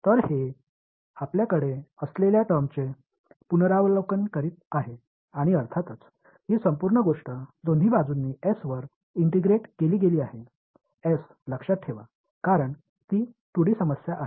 तर हे आपल्याकडे असलेल्या टर्म्सचे पुनरावलोकन करीत आहे आणि अर्थातच ही संपूर्ण गोष्ट दोन्ही बाजूंनी वर इंटिग्रेट केली गेली आहे लक्षात ठेवा कारण ती 2 डी समस्या आहे